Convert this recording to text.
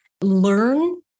Learn